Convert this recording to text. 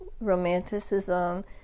romanticism